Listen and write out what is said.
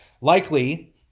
Likely